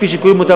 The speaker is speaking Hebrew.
כפי שקוראים לזה,